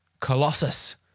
Colossus